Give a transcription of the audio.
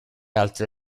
altre